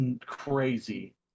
crazy